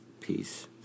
peace